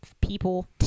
people